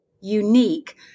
unique